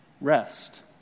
rest